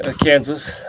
kansas